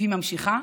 היא ממשיכה,